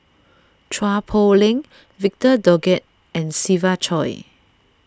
Chua Poh Leng Victor Doggett and Siva Choy